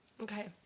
Okay